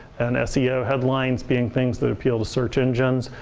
and seo headlines being things that appeal to search engines,